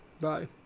Bye